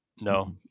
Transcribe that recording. no